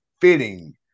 fitting